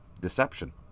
deception